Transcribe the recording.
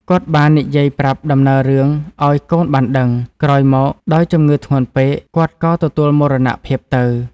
គាត់បាននិយាយប្រាប់ដំណើររឿងឱ្យកូនបានដឹង ក្រោយមកដោយជំងឺធ្ងន់ពេក គាត់ក៏ទទួលមរណភាពទៅ។